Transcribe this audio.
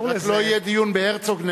שרק לא יהיה דיון בהרצוג-נאמן.